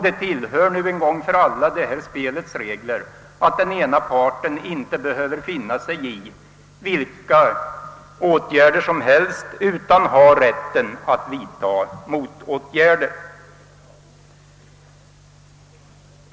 Det tillhör nu en gång för alla det här spelets regler att den ena parten inte behöver finna sig i vilka åtgärder som helst utan har rätt att vidta motåtgärder.